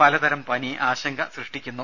പലതരം പനി ആശങ്ക സൃഷ്ടിക്കുന്നു